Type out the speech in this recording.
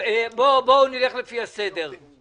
בואו נלך לפי הסדר.